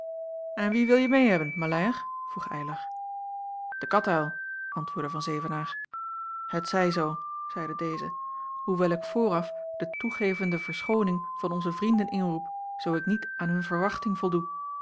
en wie wilje meê hebben maleier vroeg eylar de katuil antwoordde van zevenaer het zij zoo zeide deze hoewel ik vooraf de toegevende verschooning van onze vrienden inroep zoo ik niet aan hun verwachting voldoe